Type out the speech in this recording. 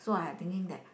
so I had thinking that